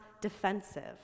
defensive